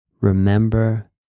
Remember